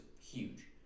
huge